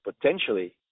potentially